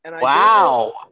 Wow